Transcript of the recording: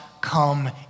come